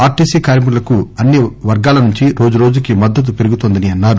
RTC కార్మికులకు అన్ని వర్గాల నుంచి రోజురోజుకి మద్దతు పెరుగుతోందన్నారు